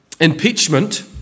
Impeachment